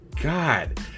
God